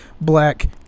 black